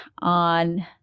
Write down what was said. on